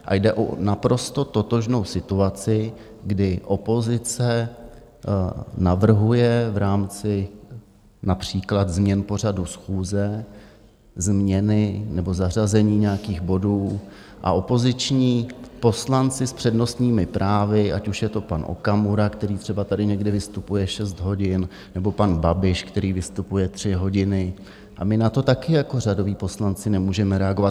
A jde o naprosto totožnou situaci, kdy opozice navrhuje v rámci například změn pořadu schůze změny nebo zařazení nějakých bodů a opoziční poslanci s přednostními právy, ať už je to pan Okamura, který třeba tady někdy vystupuje šest hodin, nebo pan Babiš, který vystupuje tři hodiny, a my na to taky jako řadoví poslanci nemůžeme reagovat.